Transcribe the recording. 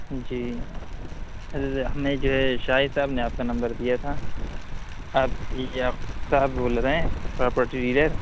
جی عزیزی ہمیں جو ہے شاہد صاحب نے آپ کا نمبر دیا تھا آپ یعقوب صاحب بول رہے ہیں پراپرٹی ڈیلر